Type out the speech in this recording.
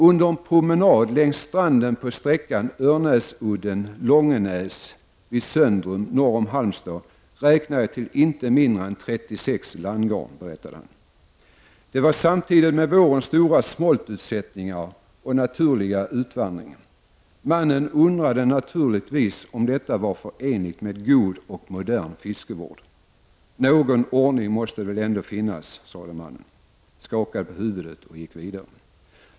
Under en promenad längs stranden på sträckan Örnäsudden— Långenäs vid Söndrum norr om Halmstad, räknade jag till inte mindre än 36 landgarn, berättade han. Det var samtidigt med vårens stora smoltutsättningar och naturliga utvandring. Mannen undrade naturligtvis om detta var förenligt med god och modern fiskevård. Någon ordning måste det väl ändå finnas, sade mannen, skakade på huvudet och gick vidare”.